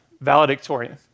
valedictorian